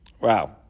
Wow